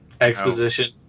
Exposition